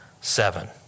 seven